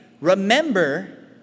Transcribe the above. remember